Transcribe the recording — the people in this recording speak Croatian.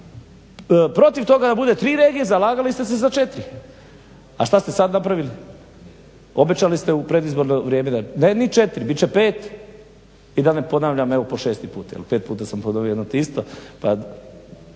protiv toga da bude 3 regije, zalagali ste se za 4. A što ste sad napravili? Obećali ste u predizborno vrijeme ne ni 4, bit će 5 i da ne ponavljam evo po šesti put jer pet puta sam ponovio jedno te isto.